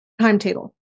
timetable